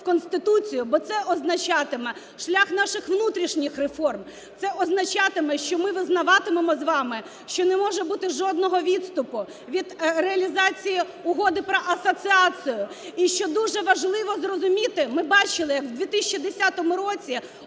Конституцію, бо це означатиме шлях наших внутрішніх реформ, це означатиме, що ми визнаватимемо з вами, що не може бути жодного відступу від реалізації Угоди про асоціацію. І що дуже важливо зрозуміти, ми бачили, як 2010 році